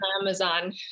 Amazon